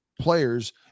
players